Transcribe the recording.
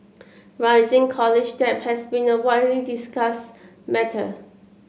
rising college debt has been a widely discussed matter